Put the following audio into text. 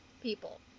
people